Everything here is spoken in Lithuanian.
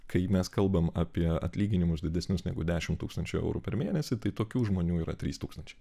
kai mes kalbam apie atlyginimus didesnius negu dešimt tūkstančių eurų per mėnesį tai tokių žmonių yra trys tūkstančiai